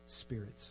spirits